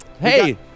hey